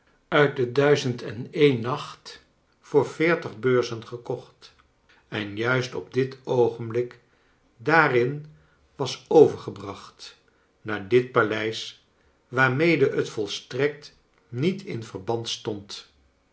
uit de duizend en een nacht voor veertig beurzen gekocht en juist op dit oogenblik daarin was overgebracht naar dit paleis waarmede het volstrekt niet in verband stond